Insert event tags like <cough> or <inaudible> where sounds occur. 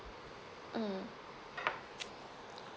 mm <noise>